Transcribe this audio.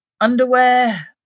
underwear